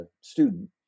student